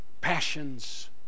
passions